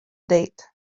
date